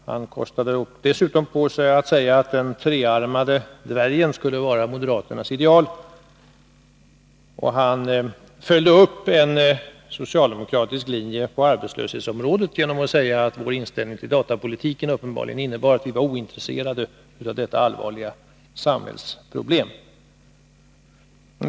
Dessutom kostade han på sig att säga att den trearmade dvärgen skulle vara moderaternas ideal, och han följde upp en socialdemokratisk linje på arbetslöshetsområdet genom att säga att vår inställning i dag i fråga om datapolitiken uppenbarligen innebär att vi är ointresserade av detta allvarliga samhällsproblem.